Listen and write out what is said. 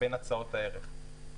בין הצעות הערך.